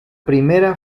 primera